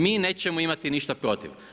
Mi nećemo imati ništa protiv.